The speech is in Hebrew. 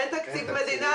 אין תקציב מדינה,